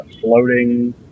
floating